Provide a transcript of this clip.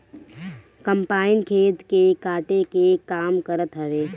combine खेत के काटे के काम करत हवे